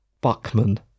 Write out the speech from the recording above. Buckman